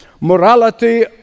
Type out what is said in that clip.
morality